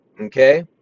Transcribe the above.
Okay